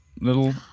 little